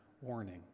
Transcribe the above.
warning